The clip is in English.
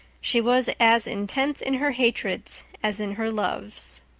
she was as intense in her hatreds as in her loves.